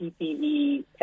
PPE